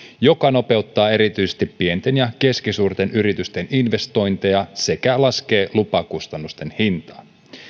joka nopeuttaa erityisesti pienten ja keskisuurten yritysten investointeja sekä laskee lupakustannusten hintaa